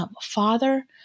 Father